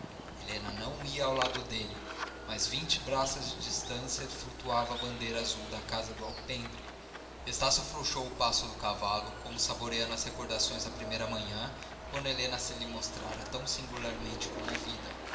helena não ia ao lado dele mas a vinte braças de distância flutuava a bandeira azul da casa do alpendre estácio afrouxou o passo do cavalo como saboreando as recordações da primeira manhã quando helena se lhe mostrara tão singularmente comovida